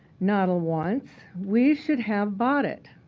noddle wants, we should have bought it.